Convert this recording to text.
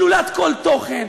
שלולת כל תוכן,